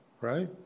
right